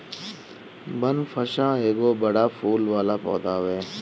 बनफशा एगो बड़ फूल वाला पौधा हवे